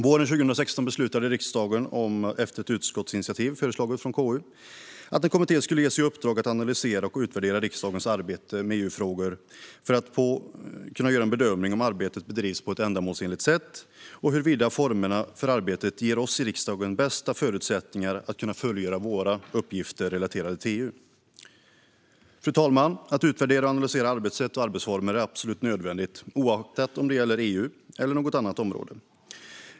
Våren 2016 beslutade riksdagen, efter ett utskottsinitiativ från KU, att en kommitté skulle ges i uppdrag att analysera och utvärdera riksdagens arbete med EU-frågor för att kunna göra en bedömning av om arbetet bedrivs på ett ändamålsenligt sätt och huruvida formerna för arbetet ger oss i riksdagen de bästa förutsättningarna att kunna fullgöra våra uppgifter relaterade till EU. Fru talman! Att utvärdera och analysera arbetssätt och arbetsformer är absolut nödvändigt, oavsett om det gäller EU eller något annat område.